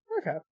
Okay